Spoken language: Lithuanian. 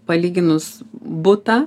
palyginus butą